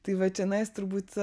tai va čionais turbūt